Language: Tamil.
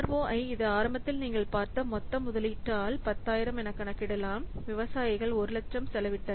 ROI இதை ஆரம்பத்தில் நீங்கள் பார்த்த மொத்த முதலீட்டால் 10000 என கணக்கிடலாம் விவசாயிகள் 100000 செலவிட்டனர்